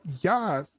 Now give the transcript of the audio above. Yes